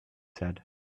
said